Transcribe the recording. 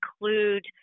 include